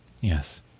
Yes